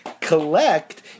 collect